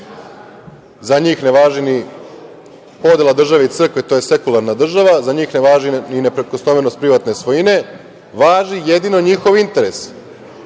za njih ne važi ni podela države i crkve, to je sekularna država, za njih ne važi ni neprikosnovenost privatne svojine, važi jedino njihov interes.